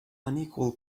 unequal